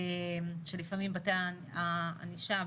שלפעמים בתי הענישה,